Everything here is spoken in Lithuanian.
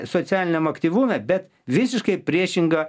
socialiniam aktyvume bet visiškai priešinga